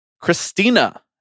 Christina